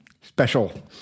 special